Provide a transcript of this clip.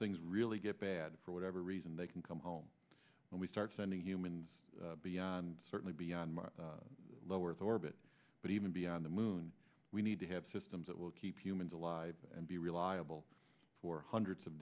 things really get bad for whatever reason they can come home and we start sending humans beyond certainly beyond my low earth orbit but even beyond the moon we need to have systems that will keep humans alive and be reliable for hundred